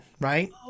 right